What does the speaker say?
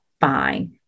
Fine